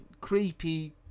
creepy